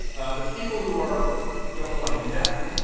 ah the people who are don't want to do that.